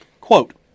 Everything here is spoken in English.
Quote